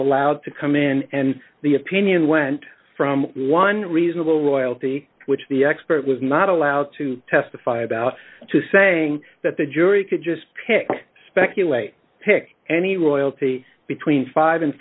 allowed to come in and the opinion went from one reasonable royalty which the expert was not allowed to testify about two saying that the jury could just pick speculate pick any loyalty between five and